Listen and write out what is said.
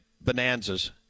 bonanzas